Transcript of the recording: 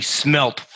smelt